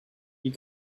you